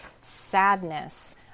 sadness